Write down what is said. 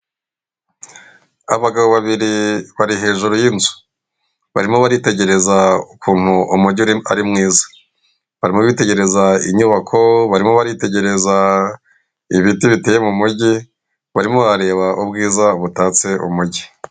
Abagabo babiri bari hejuru y'inzu barimo baritegereza ukuntu umujyi ari mwiza barimo bitegereza inyubako barimo baritegereza ibiti biteye mu mujyi barimo bareba ubwiza butatse umujyi.